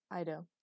Ido